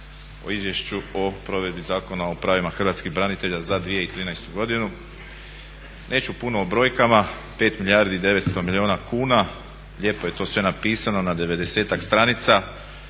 o izvješću o provedbi Zakona o pravima hrvatskih branitelja za 2013. godinu. Neću puno o brojkama. 5 milijardi i 900 milijuna kuna, lijepo je to sve napisano na 90-ak stranica.